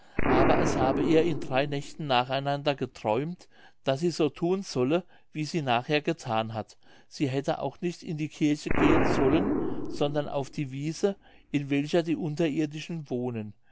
aber es habe ihr in drei nächten nacheinander geträumt daß sie so thun solle wie sie nachher gethan hat sie hätte auch nicht in die kirche gehen sollen sondern auf die wiese in welcher die unterirdischen wohnen